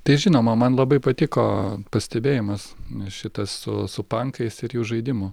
tai žinoma man labai patiko pastebėjimas šitas su su pankais ir jų žaidimu